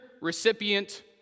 Recipient